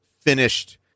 finished